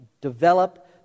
develop